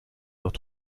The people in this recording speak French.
leurs